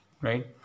right